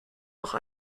noch